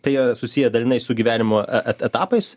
tai yra susiję dalinai su gyvenimo etapais